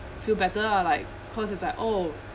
feel better lah like cause it's like oh